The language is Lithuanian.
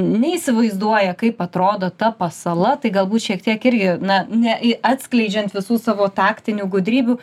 neįsivaizduoja kaip atrodo ta pasala tai galbūt šiek tiek irgi na ne į atskleidžiant visų savo taktinių gudrybių